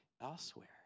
elsewhere